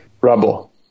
Rubble